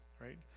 right